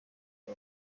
ngo